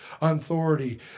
authority